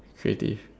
it is